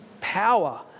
power